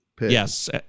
Yes